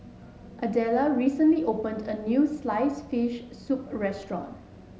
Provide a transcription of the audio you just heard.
Idella recently opened a new sliced fish soup restaurant